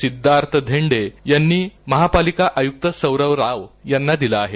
सिद्वार्थ धेंडे यांनी महापालिका आयुक्त सौरव राव यांना दिल आहे